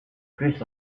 plus